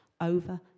over